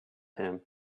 him